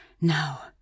now